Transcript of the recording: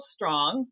Strong